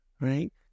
right